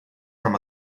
from